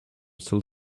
still